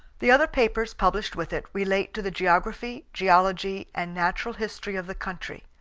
the other papers published with it relate to the geography, geology, and natural history of the country.